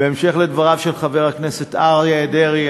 בהמשך לדבריו של חבר הכנסת אריה דרעי,